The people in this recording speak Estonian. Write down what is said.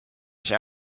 see